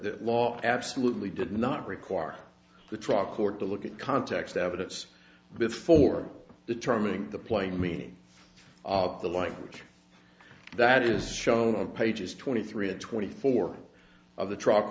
the law absolutely did not require the truck court to look at context evidence before the trial meaning the plain meaning of the language that is shown of pages twenty three and twenty four of the truck